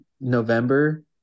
November